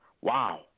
Wow